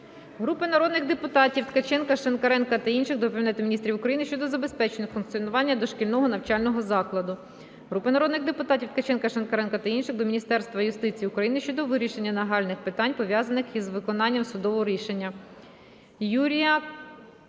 Групи народних депутатів (Ткаченка, Шинкаренка та інших) до Кабінету Міністрів України щодо забезпечення функціонування дошкільного навчального закладу. Групи народних депутатів (Ткаченка, Шинкаренка та інших) до Міністерства юстиції України щодо вирішення нагальних питань, пов'язаних із виконанням судового рішення.